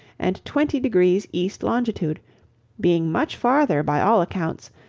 and twenty degrees east longitude being much farther, by all accounts,